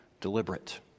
deliberate